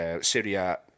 Syria